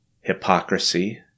hypocrisy